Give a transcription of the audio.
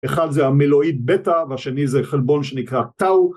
אחד זה המילואית בטא והשני זה חלבון שנקרא טאו